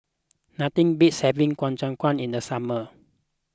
nothing beats having Ku Chai Kuih in the summer